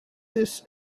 this